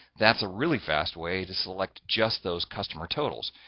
that's a really fast way to select just those customer totals.